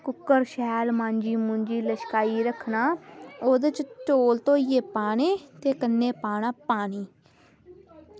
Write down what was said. cooker शैल मांजियै लश्काई रक्खना ओह्दे च चौल धोइयै पाने ते कन्नै पाना पानी